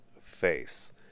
face